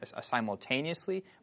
simultaneously